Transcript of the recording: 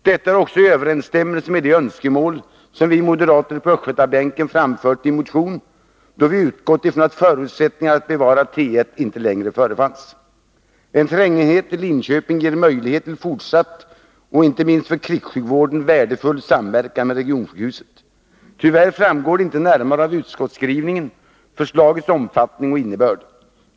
Detta är också i överensstämmelse med de önskemål som vi moderater på östgötabänken framfört i en motion, då vi utgått ifrån att förutsättningarna för att bevara T 1 inte längre förefanns. En trängenhet i Linköping ger möjlighet till fortsatt och inte minst för krigssjukvården värdefull samverkan med regionsjukhuset. Tyvärr framgår inte förslagets omfattning och innebörd närmare av utskottsskrivningen.